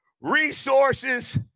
resources